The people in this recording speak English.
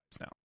now